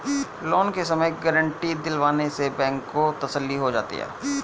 loan के समय guarantee दिलवाने से बैंक को तसल्ली हो जाती है